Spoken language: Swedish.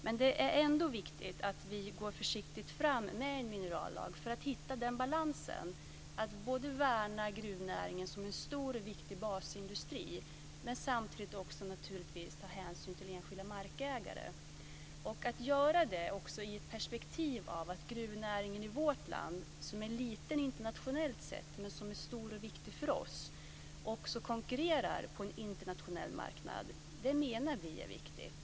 Men det är ändå viktigt att vi går försiktigt fram med en minerallag för att hitta en balans, att både värna gruvnäringen som en stor och viktig basindustri och naturligtvis ta hänsyn till enskilda markägare. Man ska också göra det i perspektivet att gruvnäringen i vårt land som är liten internationellt sett men som är stor och viktig för oss också konkurrerar på en internationell marknad. Det menar vi är viktigt.